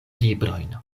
librojn